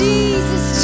Jesus